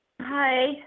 Hi